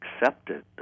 accepted